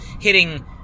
hitting